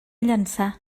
llançà